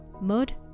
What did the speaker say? mud